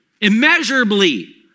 immeasurably